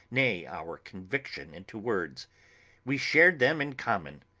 nay our conviction, into words we shared them in common.